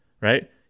right